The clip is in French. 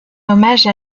hommage